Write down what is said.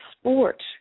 sport